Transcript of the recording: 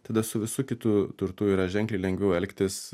tada su visu kitu turtu yra ženkliai lengviau elgtis